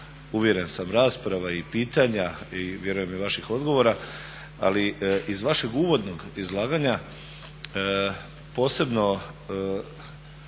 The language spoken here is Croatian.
uvjeren sam rasprava i pitanja i vjerujem i vaših odgovora ali iz vašeg uvodnog izlaganja posebno